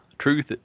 Truth